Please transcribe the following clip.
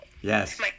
Yes